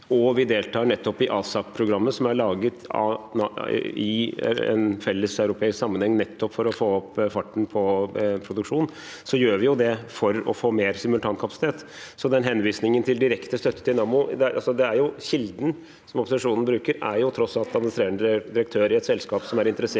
og vi deltar i ASAP-programmet, som er laget i en felleseuropeisk sammenheng nettopp for å få opp farten på produksjonen, gjør vi det for å få mer simultankapasitet. Når det gjelder henvisningen til direkte støtte til Nammo, er jo kilden som opposisjonen bruker, tross alt administrerende direktør i et selskap som er interessert